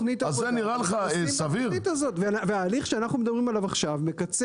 אזור תעשייה מלפני 40 שנה לא עשה